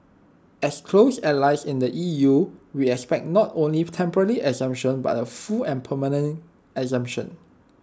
as close allies in the E U we expect not only temporarily exemption but A full and permanent exemption